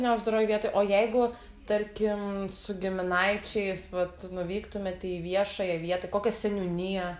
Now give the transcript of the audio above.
neuždaroj vietoj o jeigu tarkim su giminaičiais vat nuvyktumėt į viešąją vietą kokią seniūniją